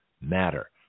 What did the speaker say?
matter